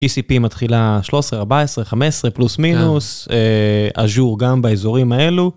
PCP מתחילה 13, 14, 15, פלוס מינוס, אג'ור גם באזורים האלו.